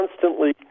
constantly